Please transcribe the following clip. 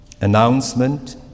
announcement